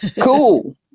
cool